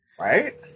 Right